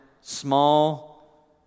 small